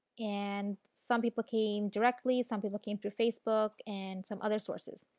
and some people came directly, some people came through facebook and some other sources.